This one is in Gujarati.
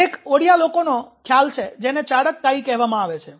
તે એક ઓડિઆ લોકોનો ખ્યાલ છે જેને 'ચાડક કાઇ' કહેવામાં આવે છે